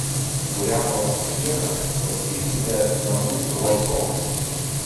kurią nors dieną paskirkite namų ruošoms